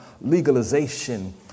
legalization